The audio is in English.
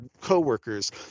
coworkers